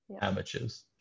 amateurs